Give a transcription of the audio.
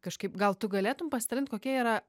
kažkaip gal tu galėtum pasidalint kokia yra